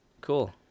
Cool